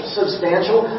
substantial